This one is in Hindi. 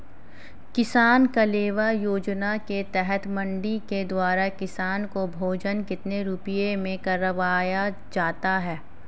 किसान कलेवा योजना के तहत मंडी के द्वारा किसान को भोजन कितने रुपए में करवाया जाता है?